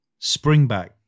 Springback